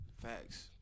Facts